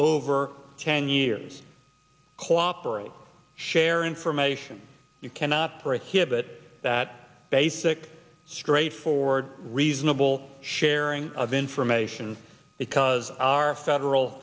over ten years cooperate share information you cannot prohibit that basic straightforward reasonable sharing of information because our federal